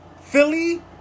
Philly